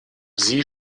sie